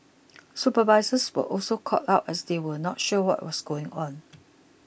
supervisors were also caught out as they were not sure what was going on